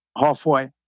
halfway